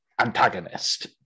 antagonist